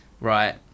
Right